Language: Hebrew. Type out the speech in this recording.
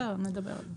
בסדר נלבן את זה.